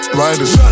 riders